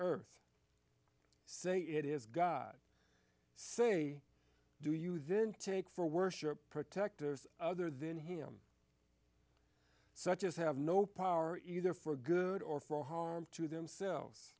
earth say it is god say do you then take for worship protectors other then him such as have no power either for good or for harm to themselves